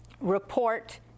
report